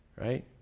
right